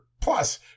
plus